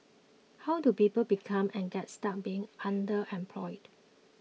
how do people become and get stuck being underemployed